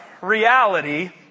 reality